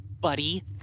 buddy